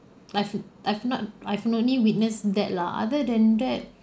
I've I've not I've only witnessed that lah other than that